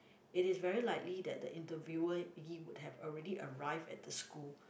it is very likely that the interviewer he would have already arrived at the school